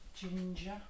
Ginger